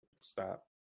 Stop